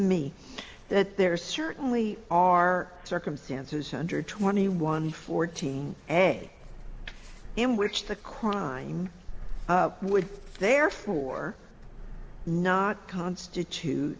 me that there certainly are circumstances under twenty one fourteen a in which the crime would therefore not constitute